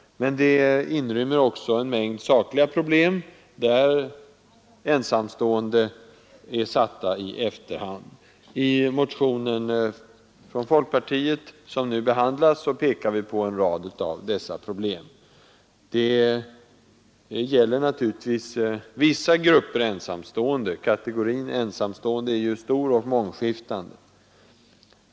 Men det inrymmer också en mängd sakliga problem där ensamstående är satta i efterhand. I den motion från folkpartiet som nu behandlas pekar vi på en rad av dessa problem. Det gäller naturligtvis vissa grupper ensamstående — kategorin ensamstående är ju stor och mångskiftande.